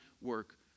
work